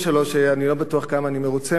שאני לא בטוח כמה אני מרוצה ממנו.